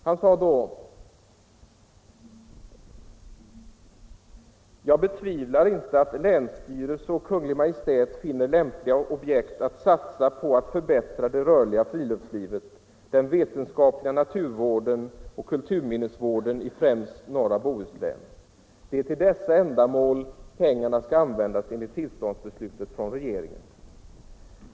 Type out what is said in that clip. Han yttrade då bl.a.: 141 ”Jag betvivlar inte att länsstyrelse och Kungl. Maj:t finner lämpliga objekt att satsa på för att förbättra det rörliga friluftslivet, den vetenskapliga naturvården och kulturminnesvården i främst norra Bohuslän — det är till dessa ändamål pengarna skall användas enligt tillståndsbeslutet från regeringen.